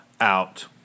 out